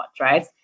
right